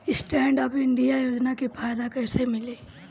Stand up India योजना के फायदा कैसे मिली?